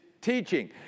teaching